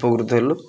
ଉପକୃତ ହେଲୁ